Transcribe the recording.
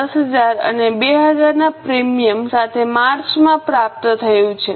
10000 અને 2000 ના પ્રીમિયમ સાથે માર્ચમાં પ્રાપ્ત થયુ છે